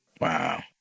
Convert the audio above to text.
Wow